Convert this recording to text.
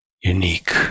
unique